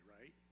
right